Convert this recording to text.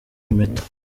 impeta